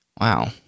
wow